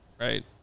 Right